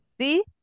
See